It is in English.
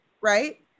right